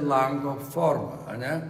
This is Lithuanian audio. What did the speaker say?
lango forma ane